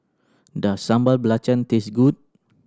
does Sambal Belacan taste good